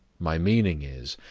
my meaning is,